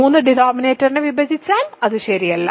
3 ഡിനോമിനേറ്ററിനെ വിഭജിച്ചാൽ അത് ശരിയല്ല